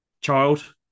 child